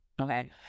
okay